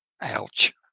Ouch